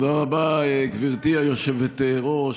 תודה רבה, גברתי היושבת-ראש.